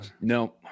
No